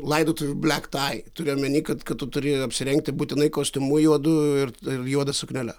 laidotuvių blek tai turiu omeny kad kad tu turi apsirengti būtinai kostiumu juodu ir juoda suknele